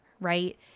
right